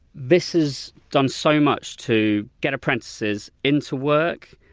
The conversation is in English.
this has done so much to get apprentices into work.